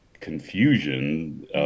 confusion